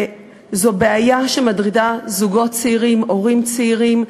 זו בעיה שמטרידה זוגות צעירים, הורים צעירים.